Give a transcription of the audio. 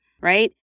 right